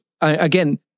again